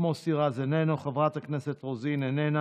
מוסי רז, איננו, חברת הכנסת רוזין, איננה,